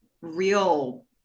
real